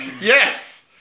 Yes